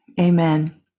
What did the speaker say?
Amen